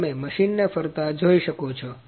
તમે મશીન ને ફરતા જોઈ શકો છો